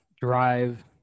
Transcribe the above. drive